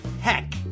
heck